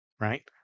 right